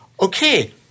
okay